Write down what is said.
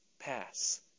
pass